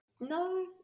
No